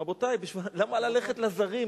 רבותי, למה ללכת לזרים?